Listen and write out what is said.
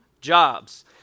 jobs